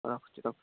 ରଖୁଛି ରଖୁଛି